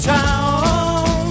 town